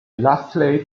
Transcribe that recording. lastly